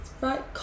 right